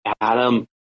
adam